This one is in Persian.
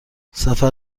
سفر